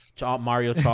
Mario